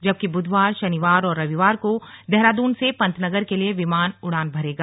जबकि बुधवार शनिवार और रविवार को देहरादून से पंतनगर के लिए विमान उड़ान भरेगा